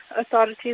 Authorities